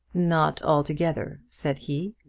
not altogether, said he.